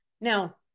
Now